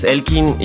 Elkin